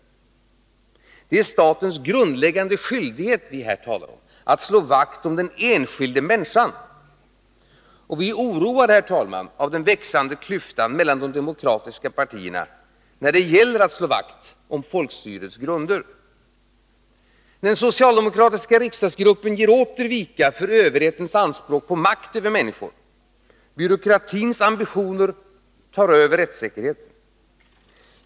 Det är statens grundläggande skyldighet att slå vakt om den enskilda människan, men vi är oroade av den växande klyftan mellan de demokratiska partierna när det gäller just att slå vakt om folkstyrets grunder. Den socialdemokratiska riksdagsgruppen ger åter vika för överhetens anspråk på makt över människor. Byråkratins ambitioner tar över rättssäkerheten.